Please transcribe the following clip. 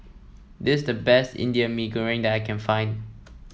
this is the best Indian Mee Goreng that I can find